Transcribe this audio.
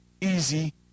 easy